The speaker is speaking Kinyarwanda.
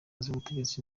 z’ubutegetsi